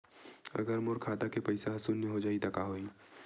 अगर मोर खाता के पईसा ह शून्य हो जाही त का होही?